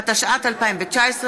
התשע"ט 2019,